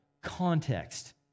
Context